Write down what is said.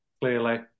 clearly